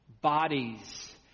Bodies